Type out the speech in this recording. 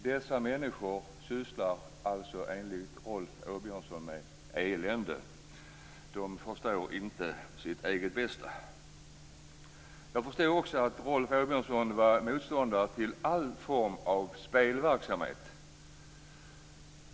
Dessa människor sysslar alltså enligt Rolf Åbjörnsson med elände - de förstår inte sitt eget bästa. Jag förstod också att Rolf Åbjörnsson är motståndare till all form av spelverksamhet.